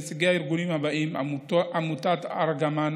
נציגי הארגונים הבאים: עמותת ארגמן,